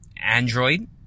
Android